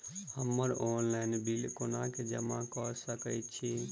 हम्मर online bill कोना जमा कऽ सकय छी?